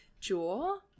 Jewel